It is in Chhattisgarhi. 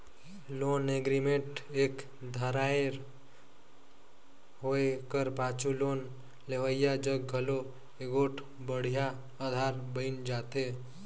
लोन एग्रीमेंट एक धाएर होए कर पाछू लोन लेहोइया जग घलो एगोट बड़िहा अधार बइन जाथे